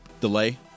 delay